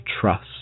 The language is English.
trust